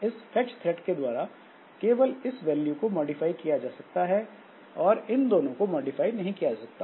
इस fetch thread के द्वारा केवल इस वैल्यू को मॉडिफाई किया जा सकता है और इन दोनों को मॉडिफाई नहीं किया जा सकता